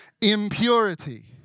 Impurity